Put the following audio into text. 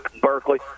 Berkeley